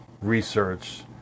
research